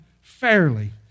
fairly